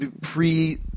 pre